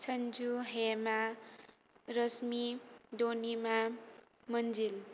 सन्जु हेमा रश्मि दनिमा मोन्जिल